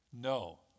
no